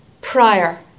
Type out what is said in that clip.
prior